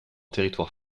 territoire